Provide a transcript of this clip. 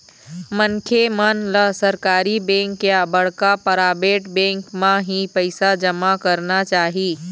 मनखे मन ल सरकारी बेंक या बड़का पराबेट बेंक म ही पइसा जमा करना चाही